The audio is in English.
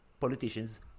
politicians